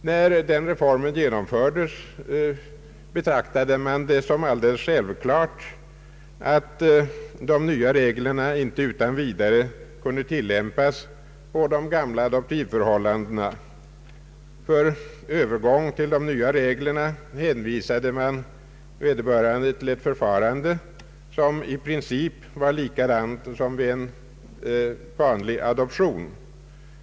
När denna reform genomfördes betraktades som självklart att de nya reglerna inte utan vidare kunde tilllämpas på de gamla adoptivförhållandena. För övergång till de nya reglerna hänvisades vederbörande till ett förfarande som i princip var likadant som vid en vanlig adoption.